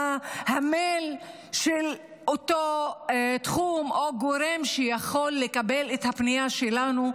מה המייל של אותו תחום או גורם שיכול לקבל את הפנייה שלנו,